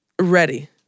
Ready